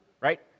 right